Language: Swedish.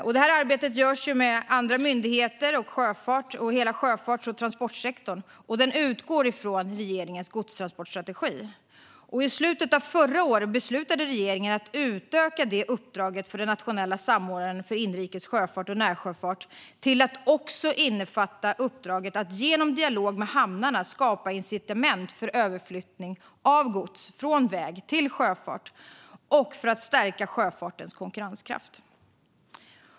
Arbetet görs tillsammans med andra myndigheter och hela sjöfarts och transportsektorn, och det utgår från regeringens godstransportstrategi. I slutet av förra året beslutade regeringen att utöka uppdraget för den nationella samordnaren för inrikes sjöfart och närsjöfart till att också innefatta uppdraget att genom dialog med hamnarna skapa incitament för överflyttning av gods från väg till sjöfart och stärka sjöfartens konkurrenskraft.